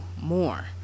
more